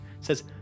says